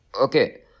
Okay